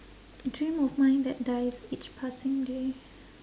dream of mine that dies each passing day